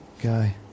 guy